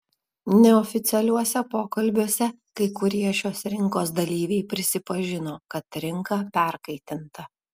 neoficialiuose pokalbiuose kai kurie šios rinkos dalyviai prisipažino kad rinka perkaitinta